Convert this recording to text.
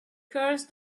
curse